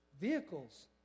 vehicles